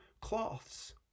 cloths